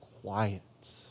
quiet